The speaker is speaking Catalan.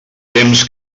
temps